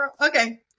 Okay